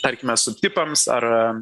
tarkime subtipams ar